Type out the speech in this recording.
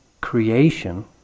creation